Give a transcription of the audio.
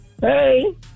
Hey